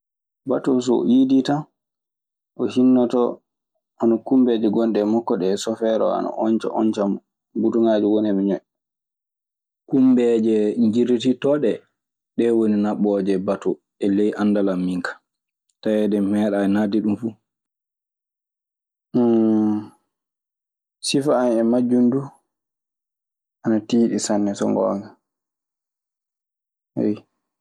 Bato, so oo iidii tan o hinnoto hono kummbeeje gonɗe makko e sofer oo hinnoo ana onca-onca mo. Putoŋaaje woni hen eɓe ñoƴƴa. Kumbeeje njirlitittooɗe ɗee, ɗee woni naɓɓooje batoo e ley anndal an min kaa. Taweede mi meeɗaayi naatde ɗun fuu. Sifa an e majjun du ana tiiɗi sanne so ngoonga.